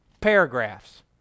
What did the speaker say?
paragraphs